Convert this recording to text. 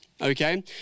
okay